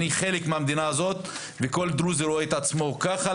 אני חלק מהמדינה הזאת וכל דרוזי רואה את עצמו ככה,